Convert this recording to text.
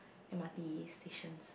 m_r_t stations